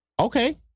okay